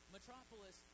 Metropolis